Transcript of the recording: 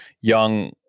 young